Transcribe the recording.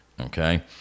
Okay